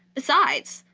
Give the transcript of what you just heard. besides,